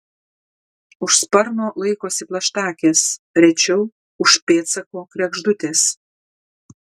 už sparno laikosi plaštakės rečiau už pėdsako kregždutės